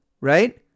Right